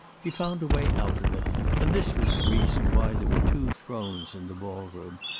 he found a way out of it and this was the reason why there were two thrones in the ball-room,